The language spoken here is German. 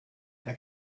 der